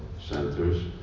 centers